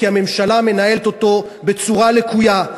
כי הממשלה מנהלת את המשא-ומתן בצורה לקויה.